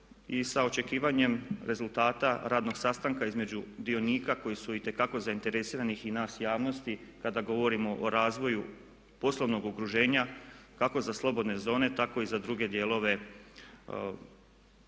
i sa očekivanjem rezultata radnog sastanka između dionika koji su itekako zainteresirani i nas javnosti kada govorimo o razvoju poslovnog okruženja kako za slobodne zone tako i za druge dijelove prostora